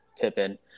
Pippen